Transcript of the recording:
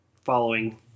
following